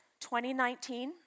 2019